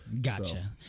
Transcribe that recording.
Gotcha